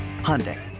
Hyundai